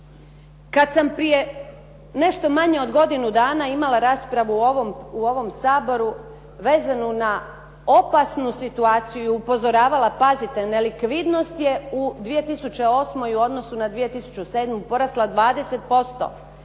Kada sam prije nešto manje od godinu dana imala raspravu o ovom Saboru vezano na opasnu situaciju i upozoravala pazite nelikvidnost je u 2008. u odnosu na 2007. porasla 20%.